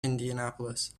indianapolis